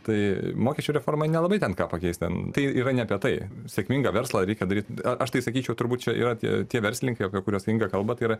tai mokesčių reformai nelabai ten ką pakeis ten tai yra ne apie tai sėkmingą verslą reikia daryt aš tai sakyčiau turbūt čia yra tie tie verslininkai apie kuriuos inga kalba tai yra